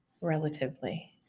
Relatively